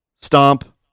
stomp